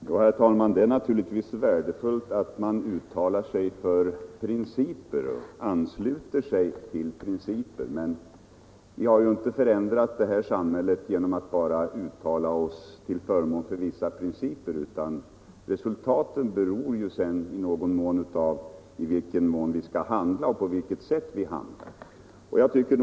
Herr talman! Det är naturligtvis värdefullt att man uttalar sig för och ansluter sig till principer. Men vi har ju inte förändrat detta samhälle genom att bara uttala oss till förmån för vissa principer, utan resultaten beror sedan av i vilken utsträckning och på vilket sätt vi handlar.